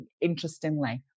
interestingly